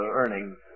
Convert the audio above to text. earnings